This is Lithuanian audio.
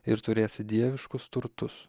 ir turėsi dieviškus turtus